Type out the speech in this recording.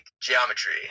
geometry